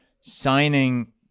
signing